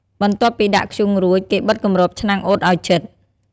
បន្ទាប់ពីដាក់ធ្យូងរួច គេបិទគម្របឆ្នាំងអ៊ុតឲ្យជិត។